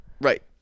right